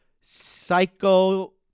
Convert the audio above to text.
psycho